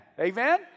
Amen